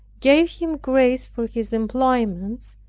gave him grace for his employments,